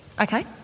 Okay